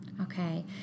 Okay